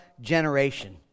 generation